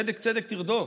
צדק צדק תרדוף,